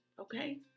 Okay